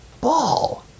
ball